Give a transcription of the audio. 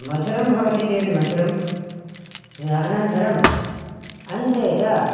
मधुरं भवति चेत् मधुरम् अनन्तरम् अन्ते च